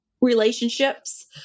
relationships